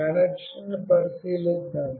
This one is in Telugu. కనెక్షన్ను పరిశీలిద్దాం